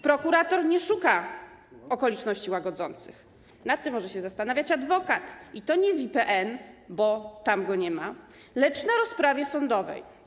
Prokurator nie szuka okoliczności łagodzących - nad tym może się zastanawiać adwokat, i to nie w IPN, bo tam go nie ma, lecz na rozprawie sądowej.